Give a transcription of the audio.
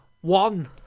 one